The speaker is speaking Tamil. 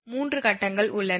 3 கட்டங்கள் உள்ளன